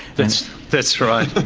that's that's right.